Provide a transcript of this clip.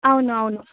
అవునవును